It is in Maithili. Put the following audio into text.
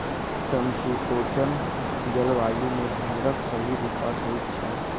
समशीतोष्ण जलवायु मे भेंड़क सही विकास होइत छै